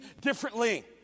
differently